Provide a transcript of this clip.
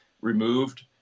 removed